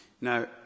Now